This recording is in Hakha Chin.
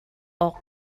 awk